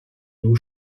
blue